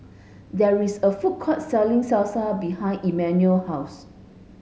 there is a food court selling Salsa behind Emmanuel house